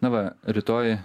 na va rytoj